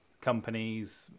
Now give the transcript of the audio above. companies